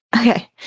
okay